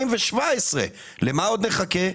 למה עוד נחכה?